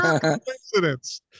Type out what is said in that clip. coincidence